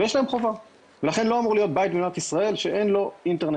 ויש להם חובה ולכן לא אמור להיות בית במדינת ישראל שאין לו אינטרנט.